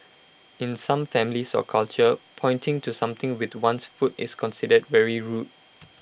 in some families or cultures pointing to something with one's foot is considered very rude